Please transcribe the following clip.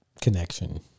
connection